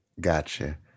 Gotcha